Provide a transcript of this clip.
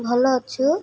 ଭଲ ଅଛୁ